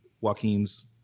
Joaquin's